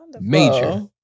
major